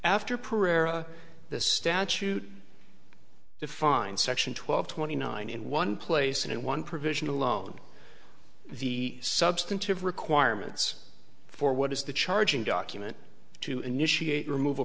after pereira the statute defined section twelve twenty nine in one place and one provision alone the substantive requirements for what is the charging document to initiate remov